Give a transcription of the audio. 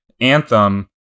anthem